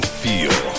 feel